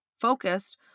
focused